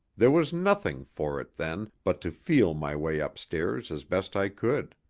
there was nothing for it, then, but to feel my way upstairs as best i could.